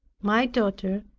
my daughter,